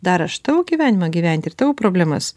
dar aš tavo gyvenimą gyventi ir tavo problemas